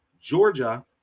Georgia